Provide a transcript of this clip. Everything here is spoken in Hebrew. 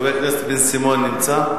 חבר הכנסת בן-סימון נמצא?